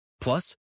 Plus